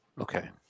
Okay